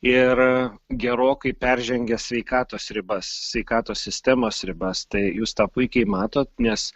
ir gerokai peržengia sveikatos ribas sveikatos sistemos ribas tai jūs tą puikiai matot nes